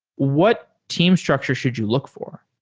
what team structure should you look for?